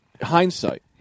hindsight